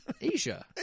Asia